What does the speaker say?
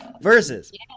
Versus